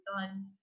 done